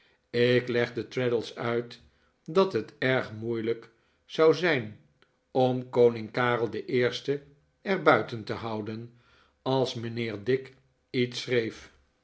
ik legde traddles uit dat het erg moeilijk zou zijn om koning karel den eersten er buiten te houden als mijnheer dick iets schreef